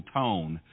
tone